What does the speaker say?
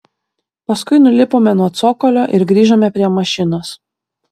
paskui nulipome nuo cokolio ir grįžome prie mašinos